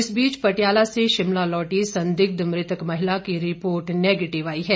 इस बीच पटियाला से शिमला लौटी संदिग्ध मृतक महिला की रिपोर्ट नेगेटिव आई है